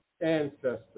ancestors